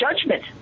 judgment